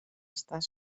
estar